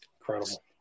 Incredible